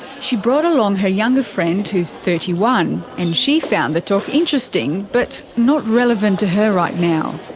she brought along her younger friend who's thirty one, and she found the talk interesting, but not relevant to her right now.